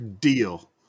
Deal